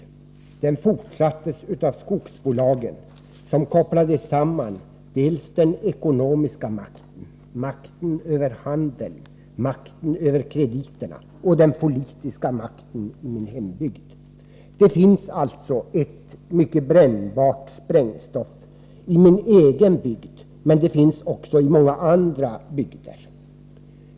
Exploateringen fortsattes av skogsbolagen, som kopplade samman den ekonomiska makten —- makten över handeln och makten över krediterna — och den politiska makten där i bygden. Det finns alltså ett mycket brännbart stoff i min egen bygd, men det finns också i många andra bygder.